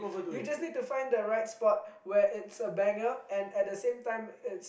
you just need to find the right spot where it's a banger and at the same time it's